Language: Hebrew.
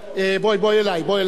בואי אלי.